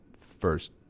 first